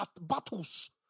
battles